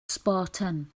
spartan